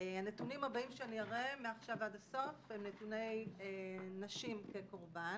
הנתונים הבאים שאני אראה מעכשיו ועד הסוף הם נתוני נשים כקורבן.